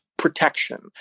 protection